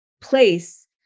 place